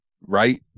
right